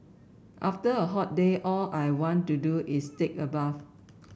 after a hot day all I want to do is take a bath